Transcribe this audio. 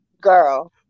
girl